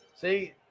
See